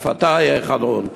אף אתה היה חנון,